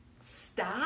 stop